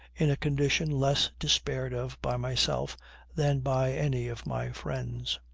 in a condition less despaired of by myself than by any of my friends.